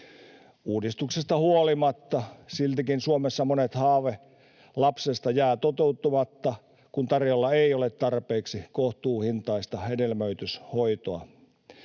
Uudistuksesta huolimatta siltikin Suomessa monen haave lapsesta jää toteutumatta, kun tarjolla ei ole tarpeeksi kohtuuhintaista hedelmöityshoitoa.